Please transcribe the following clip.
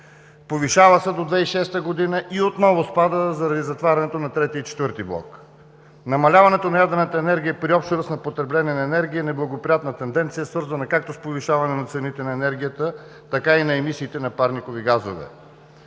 повишава се до 2006 г. И отново спада заради затварянето на Трети и Четвърти блок. Намаляването на ядрената енергия при общ ръст на потребление на енергия е неблагоприятна тенденция, свързана както с повишаване на цените на енергията, така и на емисиите на парникови газове.